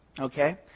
Okay